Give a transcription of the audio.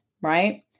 right